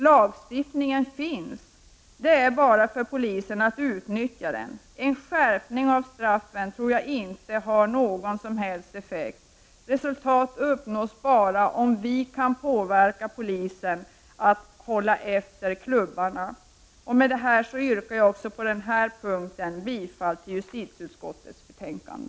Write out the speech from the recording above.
Lagstiftningen finns — det är bara för polisen att utnyttja den. En skärpning av straffen tror jag inte har någon som helst effekt. Resultat uppnås bara om vi kan påverka polisen att hålla efter klubbarna. Med detta yrkar jag också på denna punkt bifall till hemställan i justitieutskottets betänkande.